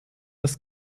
das